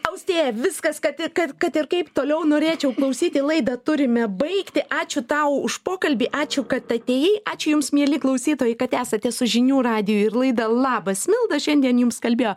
austėja viskas kad ir kad kad ir kaip toliau norėčiau klausyti laidą turime baigti ačiū tau už pokalbį ačiū kad atėjai ačiū jums mieli klausytojai kad esate su žinių radiju ir laida labas milda šiandien jums kalbėjo